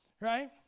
right